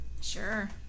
Sure